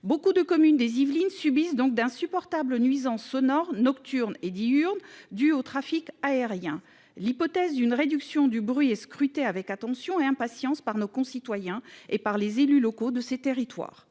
Beaucoup de communes des Yvelines subissent donc d'insupportables nuisances sonores, nocturnes et diurnes, dues au trafic aérien. L'hypothèse d'une réduction du bruit est scrutée avec attention et impatience par nos concitoyens et par les élus locaux de ces territoires.